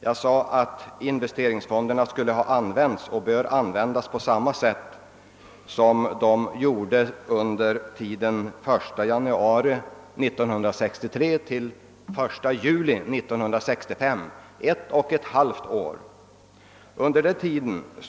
Jag sade att investeringsfonderna bör användas på samma sätt som under tiden den 1 januari 1963 — den 1 juli 1965, alltså under ett och ett halvt år.